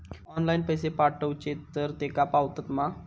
Online पैसे पाठवचे तर तेका पावतत मा?